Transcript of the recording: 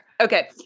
Okay